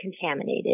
contaminated